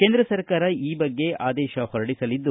ಕೇಂದ್ರ ಸರ್ಕಾರ ಈ ಬಗ್ಗೆ ಆದೇಶ ಹೊರಡಿಸಲಿದೆ